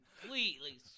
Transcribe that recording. completely